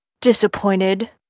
disappointed